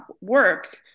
work